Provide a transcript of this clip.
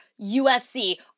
USC